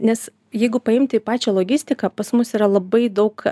nes jeigu paimti pačią logistiką pas mus yra labai daug